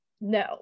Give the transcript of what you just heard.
no